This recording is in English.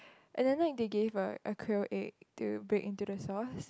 and then like they gave a a quail egg to break into the sauce